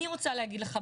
אני רוצה להגיד לך,